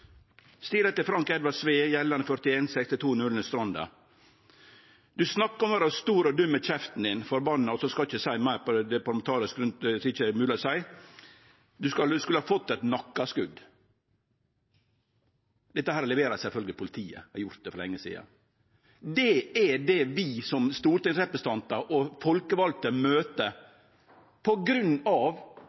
Frank Edvard Sve, Hjellane 41, 6200 Stranda, der det stod: Du snakkar om å vere stor og dum i kjeften, din forbanna … Så skal eg ikkje seie meir fordi det ikkje er parlamentarisk språk. Vidare stod det: Du skulle fått eit nakkeskot. Dette har eg naturlegvis levert politiet for lenge sidan. Det er det vi som stortingsrepresentantar og folkevalde møter